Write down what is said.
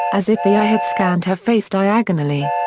as if the eye had scanned her face diagonally.